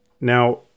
Now